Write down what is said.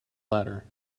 latter